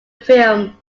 film